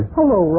Hello